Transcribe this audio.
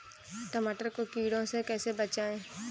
टमाटर को कीड़ों से कैसे बचाएँ?